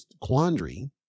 quandary